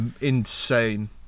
insane